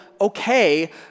okay